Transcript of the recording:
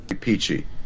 Peachy